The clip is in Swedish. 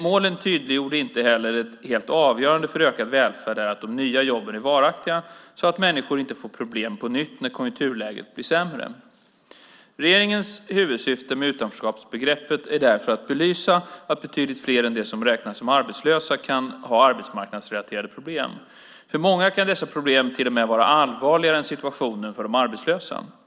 Målen tydliggjorde inte heller att det helt avgörande för ökad välfärd är att de nya jobben är varaktiga så att människor inte får problem på nytt när konjunkturläget blir sämre. Regeringens huvudsyfte med utanförskapsbegreppet är därför att belysa att betydligt fler än de som räknas som arbetslösa kan ha arbetsmarknadsrelaterade problem. För många kan dessa problem till och med vara allvarligare än situationen för de arbetslösa.